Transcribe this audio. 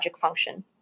function